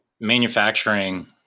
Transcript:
manufacturing